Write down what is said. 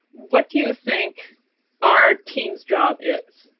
what do you think our team's job is?